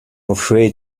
afraid